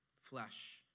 Flesh